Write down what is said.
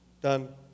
done